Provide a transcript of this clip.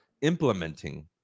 implementing